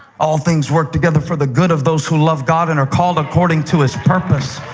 all things work together for the good of those who love god and are called according to his purpose.